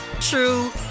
true